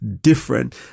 different